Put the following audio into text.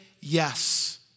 yes